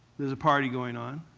there's a party going on,